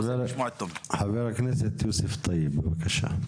חבר הכנסת יוסף טייב, בבקשה.